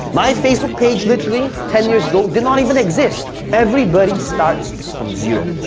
my facebook page, literally ten years ago, did not even exist. everybody starts from zero.